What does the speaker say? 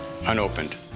unopened